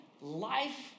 life